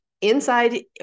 Inside